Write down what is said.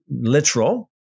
literal